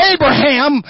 Abraham